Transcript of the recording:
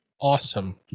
Awesome